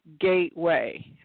Gateway